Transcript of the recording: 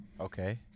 Okay